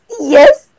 yes